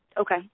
Okay